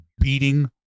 beating